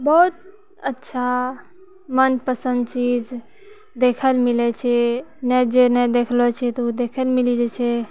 बहुत अच्छा मोन पसन्द चीज देखैलए मिलै छै नहि जे नहि देखलऽ छी तऽ ओ देखैलए मिलि जाइ छै